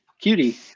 Cutie